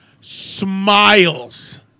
smiles